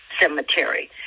cemetery